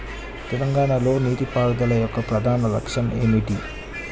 తెలంగాణ లో నీటిపారుదల యొక్క ప్రధాన లక్ష్యం ఏమిటి?